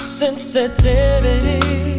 sensitivity